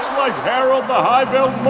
um ah harold the highveld